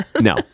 No